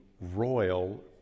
royal